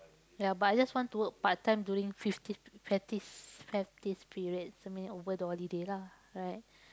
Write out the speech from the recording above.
ya but I just want to work part-time during fifteen practice practice period so meaning over the holiday lah right